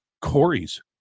Corey's